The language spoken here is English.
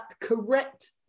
correct